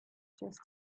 just